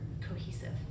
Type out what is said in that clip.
cohesive